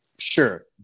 Sure